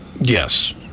Yes